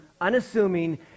unassuming